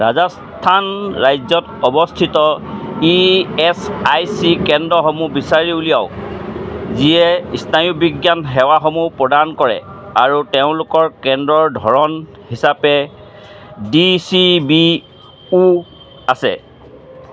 ৰাজস্থান ৰাজ্যত অৱস্থিত E S I C কেন্দ্ৰসমূহ বিচাৰি উলিয়াওক যিয়ে স্নায়ুবিজ্ঞান সেৱাসমূহ প্ৰদান কৰে আৰু তেওঁলোকৰ কেন্দ্ৰৰ ধৰণ হিচাপে ডি চি বি ও আছে